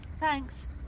Thanks